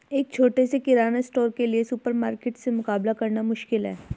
एक छोटे से किराना स्टोर के लिए सुपरमार्केट से मुकाबला करना मुश्किल है